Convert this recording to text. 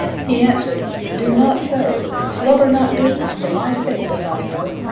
he answer'd do not so slubber not business for my sake, bassanio,